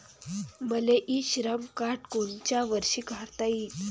मले इ श्रम कार्ड कोनच्या वर्षी काढता येईन?